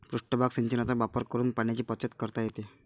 पृष्ठभाग सिंचनाचा वापर करून पाण्याची बचत करता येते